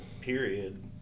period